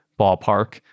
ballpark